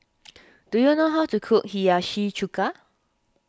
do you know how to cook Hiyashi Chuka